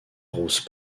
rose